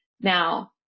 Now